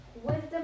Wisdom